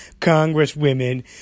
Congresswomen